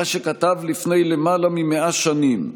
מה שכתב לפני למעלה מ-100 שנים,